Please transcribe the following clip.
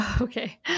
Okay